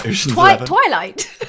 Twilight